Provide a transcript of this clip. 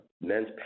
men's